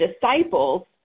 disciples